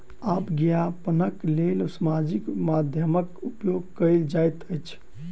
आब विज्ञापनक लेल सामाजिक माध्यमक उपयोग कयल जाइत अछि